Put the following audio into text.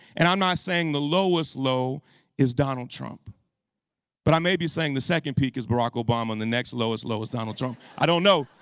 and i'm not saying the lowest low is donald trump but i may be saying the second peak is barack obama and the next lowest low is donald trump. i don't know,